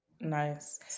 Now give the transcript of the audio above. Nice